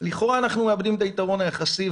לכאורה אנחנו מאבדים את היתרון היחסי,